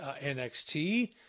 NXT